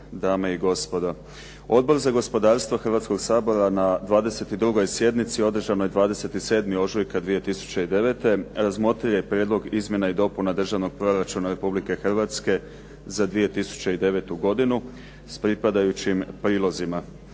Odbor za gospodarstvo Hrvatskoga sabora na 22. sjednici održanoj 27. ožujka 2009. razmotrio je Prijedlog izmjena i dopuna Državnog proračuna Republike Hrvatske za 2009. godinu s pripadajućim prilozima.